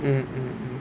mm mm mm